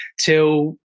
till